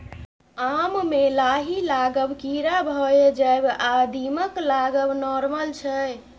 आम मे लाही लागब, कीरा भए जाएब आ दीमक लागब नार्मल छै